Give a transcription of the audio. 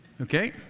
okay